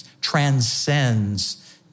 transcends